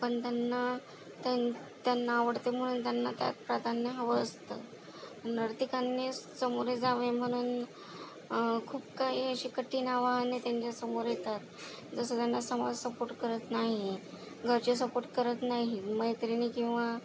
पण त्यांना त्या त्यांना आवडते म्हणून त्यांना त्यात प्राधान्य हवं असतं नर्तिकांनी सामोरे जावे म्हणून खूप काही अशी कठीण आव्हाने त्यांच्यासमोर येतात जसं त्यांना समाज सपोर्ट करत नाही घरचे सपोर्ट करत नाही मैत्रिणी किंवा